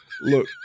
Look